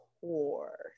core